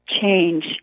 change